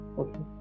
okay